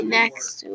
next